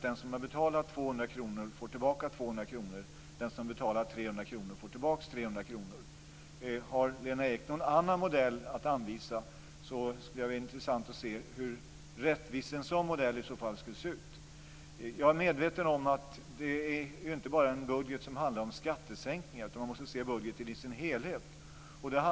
Den som har betalat Om Lena Ek har någon annan modell att anvisa skulle det vara intressant att se hur rättvis en sådan modell skulle vara. Jag är medveten om att det inte bara är en budget som handlar om skattesänkningar. Man måste se budgeten i dess helhet.